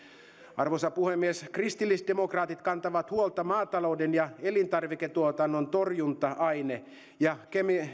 arvoisa puhemies kristillisdemokraatit kantavat huolta maatalouden ja elintarviketuotannon torjunta aine ja